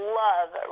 love